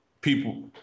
People